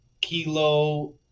Kilo